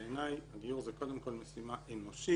בעיני הגיור זה קודם כל משימה אנושית,